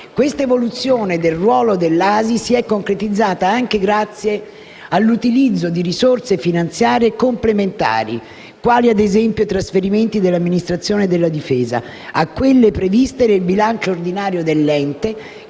Questa evoluzione del ruolo dell'ASI si è concretizzata anche grazie all'utilizzo di risorse finanziarie - quali ad esempio i trasferimenti dell'amministrazione della Difesa - complementari a quelle previste nel bilancio ordinario dell'ente,